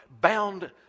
bound